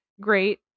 great